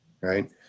right